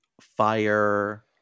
fire